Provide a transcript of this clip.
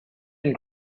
and